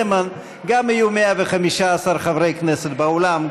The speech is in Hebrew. גם יהיו 115 חברי כנסת באולם,